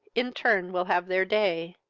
in turn will have their day.